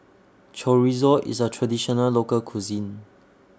Chorizo IS A Traditional Local Cuisine